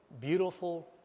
beautiful